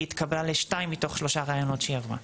היא התקבלה לשניים מתוך שלושה ראיונות שהיא עברה.